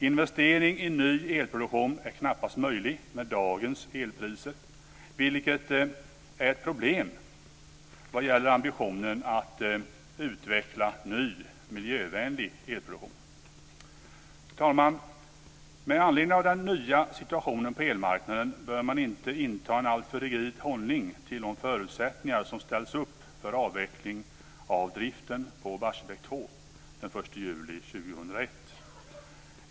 Investering i ny elproduktion är knappast möjlig med dagens elpriser, vilket är ett problem vad gäller ambitionen att utveckla ny, miljövänlig elproduktion. Fru talman! Med anledning av den nya situationen på elmarknaden bör man inte inta en alltför rigid hållning till de förutsättningar som ställs upp för avveckling av driften på Barsebäck 2 den 1 juli 2001.